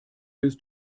ist